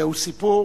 זהו סיפור